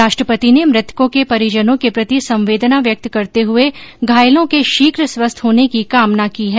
राष्ट्रपति ने मृतकों के परिजनों के प्रति संवेदना व्यक्त करते हये घायलों के शीघ्र स्वस्थ होने की कामना की है